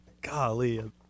Golly